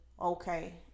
okay